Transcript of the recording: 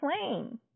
plane